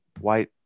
white